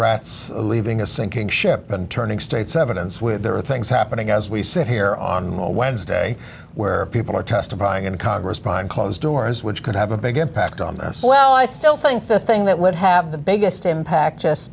rats leaving a sinking ship and turning state's evidence with there are things happening as we sit here on wednesday where people are testifying in congress prime closed doors which could have a big impact on this well i still think the thing that would have the biggest impact just